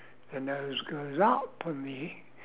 the nose goes up and the